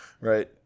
Right